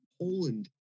Poland